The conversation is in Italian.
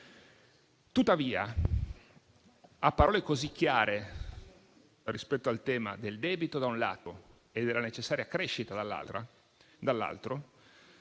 Tuttavia, a parole così chiare rispetto al tema del debito, da un lato, e della necessaria crescita, dall'altro,